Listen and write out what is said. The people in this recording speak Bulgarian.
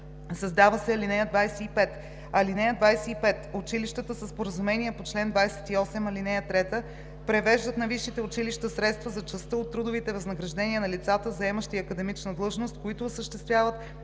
създава се ал. 25: „(25) Училищата със споразумение по чл. 28, ал. 3 превеждат на висшите училища средства за частта от трудовите възнаграждения на лицата, заемащи академична длъжност, които осъществяват